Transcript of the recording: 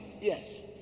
Yes